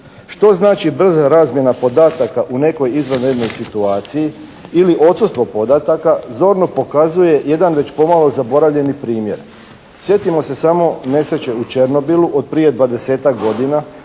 Što znači brza razmjena podataka u nekoj izvanrednoj situaciji? Ili odsustvo podataka zorno pokazuje jedan već pomalo zaboravljeni primjer. Sjetimo se samo nesreće u Černobilu od prije 20.-tak godina,